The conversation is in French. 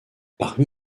parmi